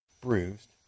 bruised